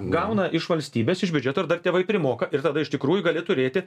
gauna iš valstybės iš biudžeto ir dar tėvai primoka ir tada iš tikrųjų gali turėti